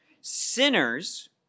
Sinners